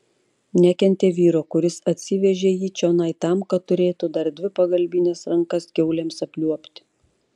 nekentė vyro kuris atsivežė jį čionai tam kad turėtų dar dvi pagalbines rankas kiaulėms apliuobti